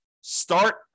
Start